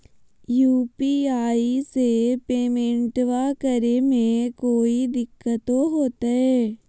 UPI से पेमेंटबा करे मे कोइ दिकतो होते?